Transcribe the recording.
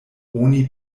oni